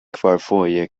kvarfoje